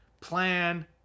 Plan